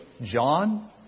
John